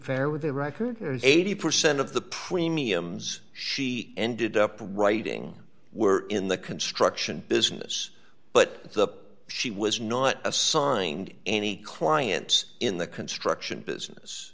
fair with a record eighty percent of the premiums she ended up writing were in the construction business but the she was not assigned any clients in the construction business